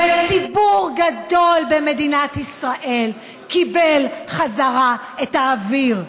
וציבור גדול במדינת ישראל קיבל בחזרה את האוויר.